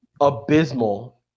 abysmal